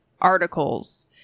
articles